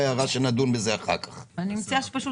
מה מספר